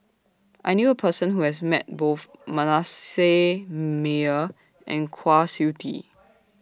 I knew A Person Who has Met Both Manasseh Meyer and Kwa Siew Tee